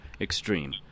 extreme